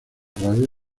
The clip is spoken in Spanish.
radio